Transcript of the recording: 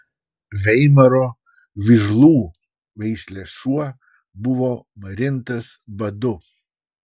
veimaro vižlų veislės šuo buvo marintas badu